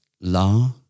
La